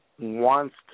wants